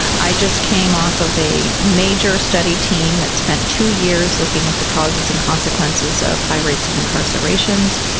i just came off of a major study team that spent two years looking at the causes and consequences of high rates of incarcerations,